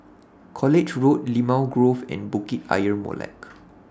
College Road Limau Grove and Bukit Ayer Molek